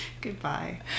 goodbye